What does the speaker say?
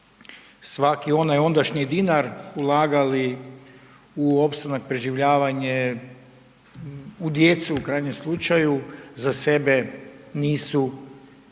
svaki onda ondašnji dinar ulagali u opstanak, preživljavanje, u djecu u krajnjem slučaju za sebe nisu izdvajali,